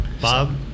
Bob